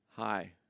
Hi